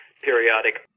periodic